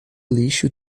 lixo